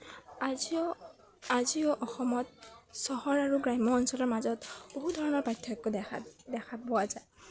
আজিও আজিও অসমত চহৰ আৰু গ্ৰাম্য অঞ্চলৰ মাজত বহুত ধৰণৰ পাৰ্থক্য দেখা দেখা পোৱা যায়